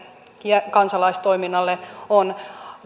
ja kansalaistoiminnalle on